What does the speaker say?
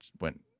went